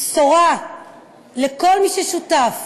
בשורה לכל מי ששותף